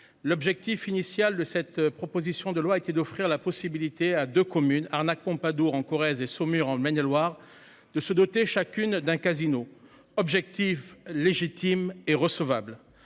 l'objectif initial de cette proposition de loi qui est d'offrir la possibilité à deux communes arnaque Pompadour en Corrèze et Saumur en Maine-et-Loire de se doter chacune d'un casino objectif légitime et recevable